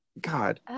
God